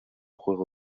juego